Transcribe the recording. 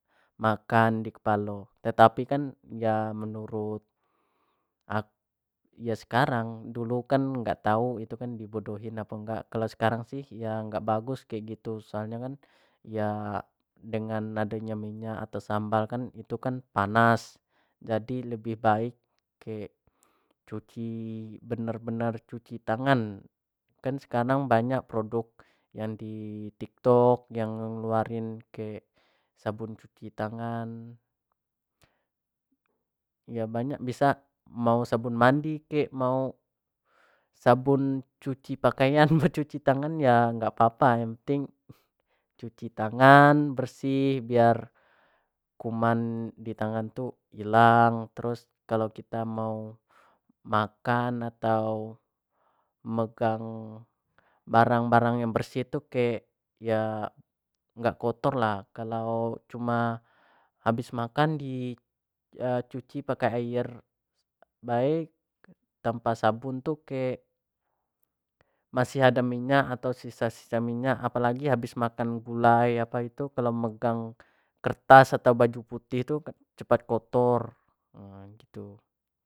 Makan di kepala tetapi kan ya menurut ya sekarang dulu kan nggak tahu itu kan dibodohin apa nggak kalau sekarang sih ya nggak bagus kayak gitu soalnya kan ya dengan nadanya minyak atau sambal kan itu kan panas jadi lebih baik ke cuci benar- benar cuci tangan kan sekarang banyak produk yang di tik tok yang ngeluarin ke sabun cuci tangan ya banyak bisa mau sabun mandi kek mau sabun cuci pakaian cuci tangan ya nggak papa yang penting cuci tangan bersih biar kuman di tangan tuh hilang terus kalau kita mau makan atau megang barang-barang yang bersih itu kek ya nggak kotor lah kalau cuma habis makan dicuci pakai air baik tanpa sabun tuh kayak masih ada minyak atau sisa- sisa minyak apalagi habis makan gulai apa itu kalau megang kertas atau baju putih itu cepat kotor